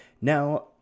Now